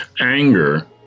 Anger